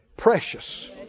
Precious